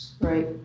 Right